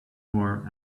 more